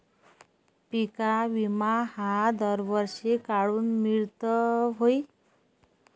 पिका विमा हा दरवर्षी काऊन मिळत न्हाई?